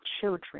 children